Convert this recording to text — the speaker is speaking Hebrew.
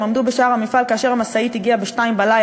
הם עמדו בשער המפעל כאשר המשאית הגיעה ב-02:00,